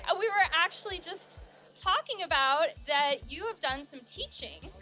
ah we were actually just talking about that you have done some teaching.